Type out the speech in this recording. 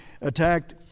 attacked